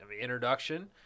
introduction